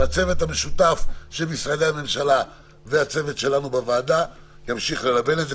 והצוות המשותף של משרדי הממשלה וצוות הוועדה שלנו ימשיך ללבן את זה.